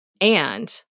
and-